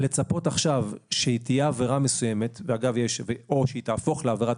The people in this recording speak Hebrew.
לצפות שתהיה עבירה מסוימת שתהפוך לעבירת